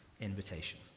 invitation